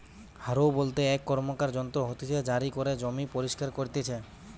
হারও বলতে এক র্কমকার যন্ত্র হতিছে জারি করে জমি পরিস্কার করতিছে